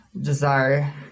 desire